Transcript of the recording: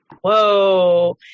whoa